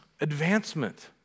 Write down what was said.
advancement